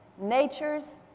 nature's